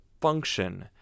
function